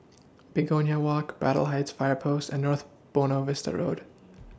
Begonia Walk Braddell Heights Fire Post and North Buona Vista Road